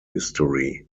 history